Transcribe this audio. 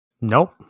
Nope